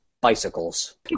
bicycles